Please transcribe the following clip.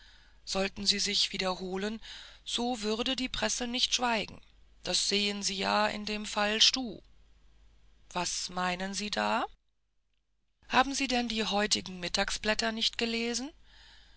sollten sie sich wiederholen so würde die presse nicht schweigen das sehen sie ja an dem fall stuh was meinen sie da haben sie denn die heutigen mittagsblätter nicht gelesen